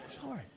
Sorry